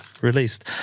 released